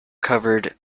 covered